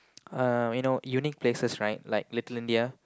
um you know unique places right like Little-India